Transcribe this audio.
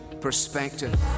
perspective